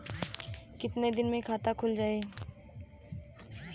कितना दिन मे खाता खुल जाई?